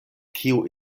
kiu